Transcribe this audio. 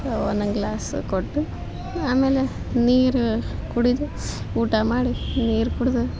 ಒಂದೊಂದು ಗ್ಲಾಸು ಕೊಟ್ಟು ಆಮೇಲೆ ನೀರು ಕುಡಿದ ಊಟ ಮಾಡಿ ನೀರು ಕುಡಿದು